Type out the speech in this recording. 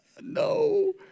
No